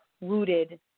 rooted